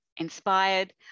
inspired